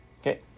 Okay